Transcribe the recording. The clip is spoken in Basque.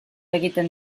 egiten